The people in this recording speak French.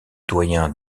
doyen